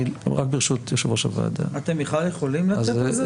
ברשות יושב-ראש הוועדה --- אתם בכלל יכולים לתת על זה מידע?